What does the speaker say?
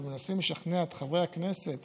ומנסים לשכנע את חברי הכנסת